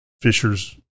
Fishers